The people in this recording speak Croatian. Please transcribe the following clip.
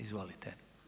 Izvolite.